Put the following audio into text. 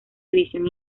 división